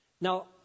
Now